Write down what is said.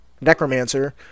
necromancer